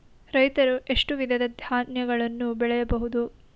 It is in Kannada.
ರೈತರು ಎಷ್ಟು ವಿಧದ ಧಾನ್ಯಗಳನ್ನು ಬೆಳೆಯಬಹುದು?